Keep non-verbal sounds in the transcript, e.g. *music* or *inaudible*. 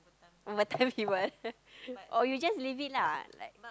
over time he will *laughs* or you just leave it lah like